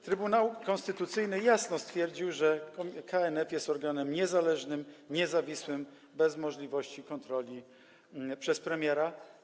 Trybunał Konstytucyjny jasno stwierdził, że KNF jest organem niezależnym, niezawisłym, bez możliwości kontroli przez premiera.